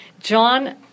John